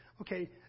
okay